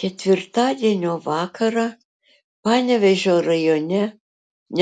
ketvirtadienio vakarą panevėžio rajone